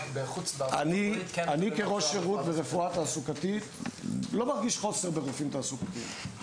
אני כראש שירות ברפואה תעסוקתית לא מרגיש חוסר ברופאים תעסוקתיים.